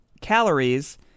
calories